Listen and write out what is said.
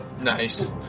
Nice